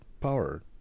power